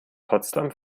potsdam